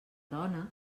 dona